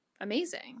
amazing